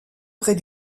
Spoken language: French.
près